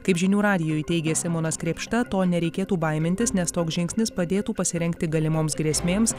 kaip žinių radijui teigė simonas krėpšta to nereikėtų baimintis nes toks žingsnis padėtų pasirengti galimoms grėsmėms